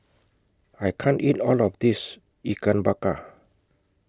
I can't eat All of This Ikan Bakar